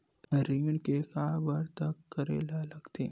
ऋण के काबर तक करेला लगथे?